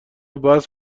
بحث